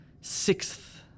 sixth